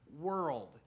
world